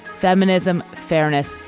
feminism, fairness,